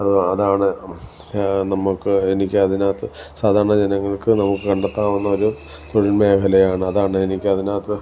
ആ അതാണ് നമുക്ക് എനിക്ക അതിനകത്ത് സാധാരണ ജനങ്ങൾക്ക് നമുക്ക് കണ്ടെത്താവുന്ന ഒരു തൊഴിൽ മേഖലയാണ് അതാണെനിക്ക് അതിനകത്ത്